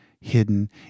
hidden